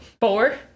four